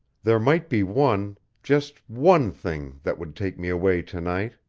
there might be one just one thing that would take me away to-night,